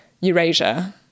Eurasia